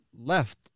left